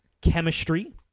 Chemistry